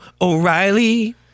O'Reilly